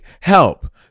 Help